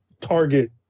target